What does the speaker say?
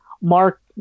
Mark